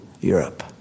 Europe